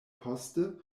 poste